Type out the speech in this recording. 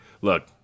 Look